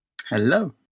Hello